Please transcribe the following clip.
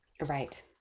right